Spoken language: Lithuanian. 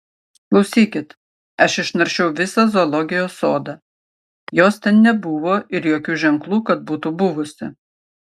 klausykit aš išnaršiau visą zoologijos sodą jos ten nebuvo ir jokių ženklų kad būtų buvusi